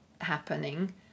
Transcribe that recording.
happening